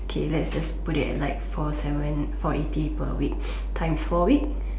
K let's just put it at like four seven four eighty per week times four week